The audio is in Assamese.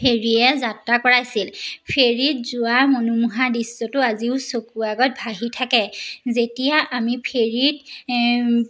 ফেৰীৰে যাত্ৰা কৰাইছিল ফেৰীত যোৱা মনোমোহা দৃশ্যটো আজিও চকুৰ আগত ভাঁহি থাকে যেতিয়া আমি ফেৰীত